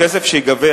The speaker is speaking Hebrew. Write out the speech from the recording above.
הכסף שייגבה,